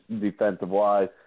defensive-wise